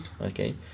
okay